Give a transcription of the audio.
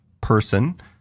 person